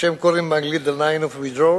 מה שהם קוראים לו באנגלית: the line of withdrawal.